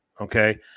Okay